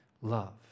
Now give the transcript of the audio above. love